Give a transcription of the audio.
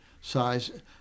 size